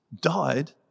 died